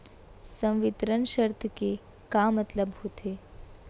संवितरण शर्त के का मतलब होथे?